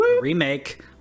Remake